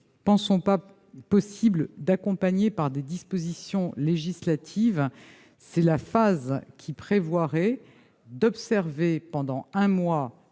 pensons pas possible d'accompagner par des dispositions législatives, c'est la phase qui prévoirait d'observer pendant un mois